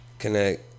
Connect